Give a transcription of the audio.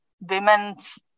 women's